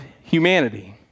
humanity